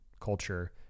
culture